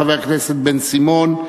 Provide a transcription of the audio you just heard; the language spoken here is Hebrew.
חבר הכנסת בן-סימון.